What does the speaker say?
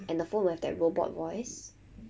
and the phone will have that robot voice